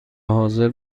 حاضر